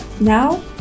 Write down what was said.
Now